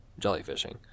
jellyfishing